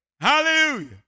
hallelujah